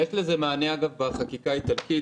יש לזה מענה בחקיקה האיטלקית,